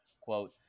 quote